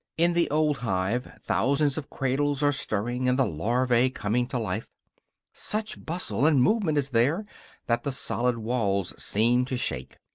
in the old hive thousands of cradles are stirring and the larvae coming to life such bustle and movement is there that the solid walls seem to shake.